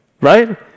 right